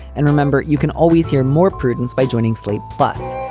and remember, you can always hear more prudence by joining slate. plus,